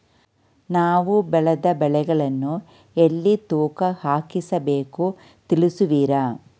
ನಾವು ಬೆಳೆದ ಬೆಳೆಗಳನ್ನು ಎಲ್ಲಿ ತೂಕ ಹಾಕಿಸಬೇಕು ತಿಳಿಸುವಿರಾ?